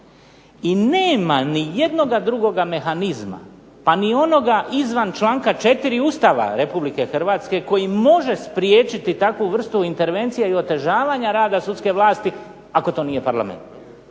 i nema ni jednoga drugoga mehanizma, pa ni onoga izvan članka 4. Ustava Republike Hrvatske koji može spriječiti takvu vrstu intervencije ili otežavanje rada sudske vlasti ako to nije parlament.